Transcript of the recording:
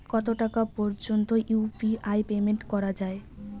কত টাকা পর্যন্ত ইউ.পি.আই পেমেন্ট করা যায়?